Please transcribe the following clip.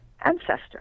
ancestor